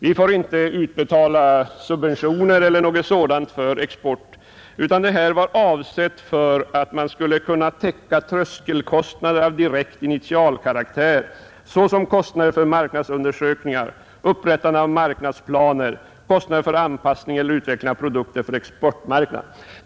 Vi får inte utbetala subventioner eller något sådant för exportvaror, utan medlen skall vara avsedda för att täcka tröskelkostnader av direkt initialkaraktär såsom kostnader för marknadsundersökningar, upprättande av marknadsplaner, anpassning eller utveckling av produkter för exportmarknad.